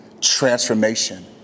transformation